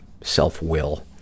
self-will